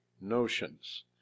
notions